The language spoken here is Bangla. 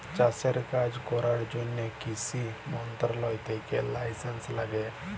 চাষের কাজ ক্যরার জ্যনহে কিসি মলত্রলালয় থ্যাকে লাইসেলস ল্যাগে